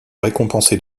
récompensé